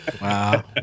wow